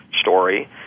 story